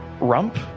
rump